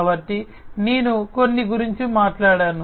కాబట్టి నేను కొన్ని గురించి మాట్లాడతాను